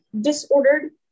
disordered